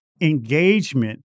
engagement